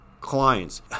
clients